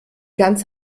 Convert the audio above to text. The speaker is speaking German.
ganz